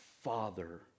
father